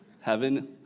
Heaven